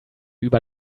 über